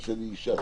אני אישה.